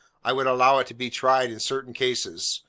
i would allow it to be tried in certain cases,